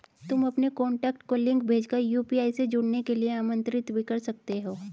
तुम अपने कॉन्टैक्ट को लिंक भेज कर यू.पी.आई से जुड़ने के लिए आमंत्रित भी कर सकते हो